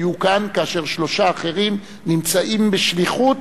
היו כאן, ושלושה אחרים נמצאים בשליחות